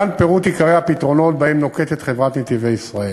להלן פירוט עיקרי הפתרונות שנוקטת חברת "נתיבי ישראל":